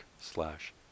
slash